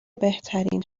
بهترین